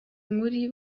muri